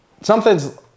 something's